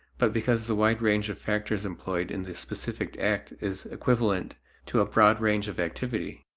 but because the wide range of factors employed in the specific act is equivalent to a broad range of activity,